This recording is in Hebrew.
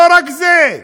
לא רק זה,